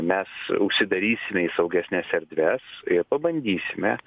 mes užsidarysime į saugesnes erdves ir pabandysime